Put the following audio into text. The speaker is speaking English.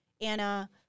Anna